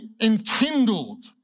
enkindled